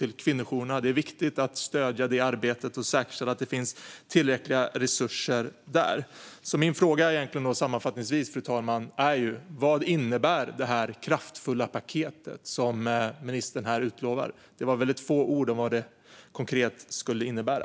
Det är viktigt att stödja det arbetet och säkerställa att det finns tillräckliga resurser där. Min fråga är sammanfattningsvis: Vad innebär det kraftfulla paket som ministern utlovar här? Det var väldigt få ord om vad det konkret skulle innebära.